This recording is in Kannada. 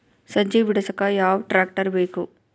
ಸಜ್ಜಿ ಬಿಡಸಕ ಯಾವ್ ಟ್ರ್ಯಾಕ್ಟರ್ ಬೇಕು?